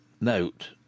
note